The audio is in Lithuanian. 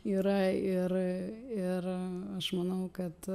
yra ir ir aš manau kad